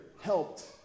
helped